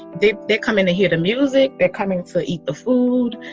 they they come in to hear the music. they're coming to eat the food.